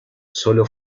solo